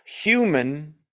human